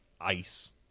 ice